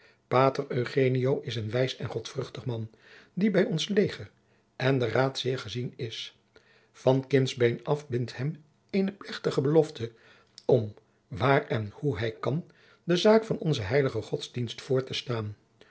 eugenio is een wijs en godvruchtig man die bij ons leger en den raad zeer gezien is van kindsbeen af bindt hem eene plechtige gelofte om waar en hoe hij kan de zaak van onze heilige godsdienst voor te staan